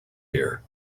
here